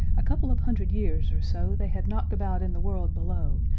a couple of hundred years, or so, they had knocked about in the world below,